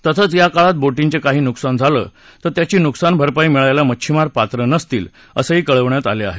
तसंच या काळात बोटींचे काही नुकसान झालं तर त्याची नुकसान भरपाई मिळायला मच्छिमार पात्र नसतील असेही कळविण्यात आले आहे